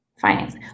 finance